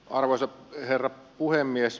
arvoisa herra puhemies